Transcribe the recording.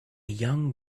young